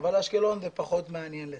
אבל לצערי אשקלון פחות מעניינת.